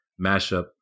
mashup